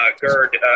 Gerd